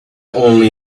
only